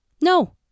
No